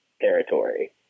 territory